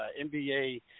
NBA